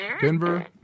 Denver